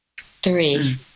Three